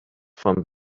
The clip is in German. von